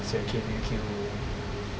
一些 kim~ kim~ roll